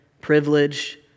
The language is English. privilege